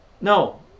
no